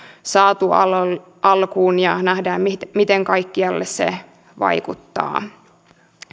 saatu alkuun ja nähdään miten miten kaikkialle se vaikuttaa